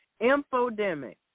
infodemic